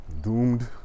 doomed